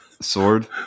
sword